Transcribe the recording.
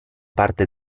parte